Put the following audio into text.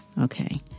Okay